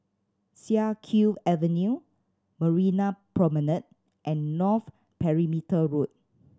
Siak Kew Avenue Marina Promenade and North Perimeter Road